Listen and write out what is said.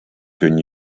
kun